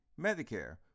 Medicare